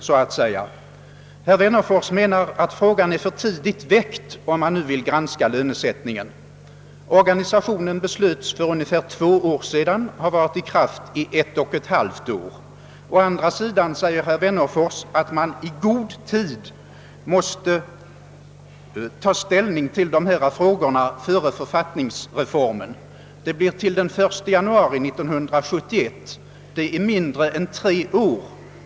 Herr Wennerfors menade att det nu aktuella spörsmålet är för tidigt väckt, om man nu vill granska lönesättningen. Beslut om organisationen fattades för ungefär två år sedan och den har varit i verksamhet under ett och ett halvt år. Å andra sidan säger herr Wennerfors att vi i god tid före genomförandet av författningsreformen måste ta ställning till dessa frågor. Det blir till den 1 januari 1971. Det är mindre än tre år.